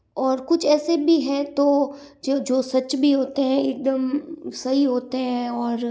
और कुछ ऐसे भी है तो जो जो सच भी होते हैं एक दम सही होते हैं और